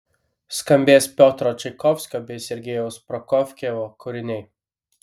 skambės piotro čaikovskio bei sergejaus prokofjevo kūriniai